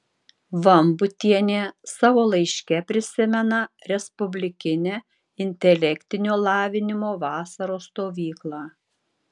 vambutienė savo laiške prisimena respublikinę intelektinio lavinimo vasaros stovyklą